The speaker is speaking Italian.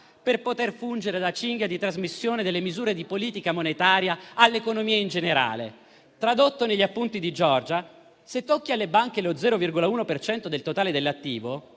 per poter fungere da cinghia di trasmissione delle misure di politica monetaria all'economia in generale. Tradotto negli appunti di Giorgia: se tocchi alle banche lo 0,1 per cento del totale dell'attivo,